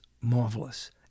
marvelous